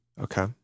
Okay